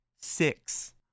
Six